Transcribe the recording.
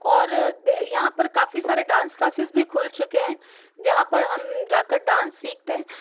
और यहाँ पर काफ़ी सारे डांस क्लासेस भी खुल चुके हैं जहाँ पर हम जाकर डांस सीखते हैं